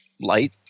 Light